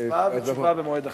הצבעה ותשובה במועד אחר.